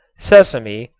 sesame,